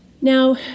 Now